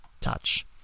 touch